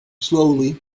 slowly